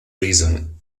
reason